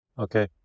Okay